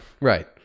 Right